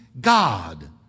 God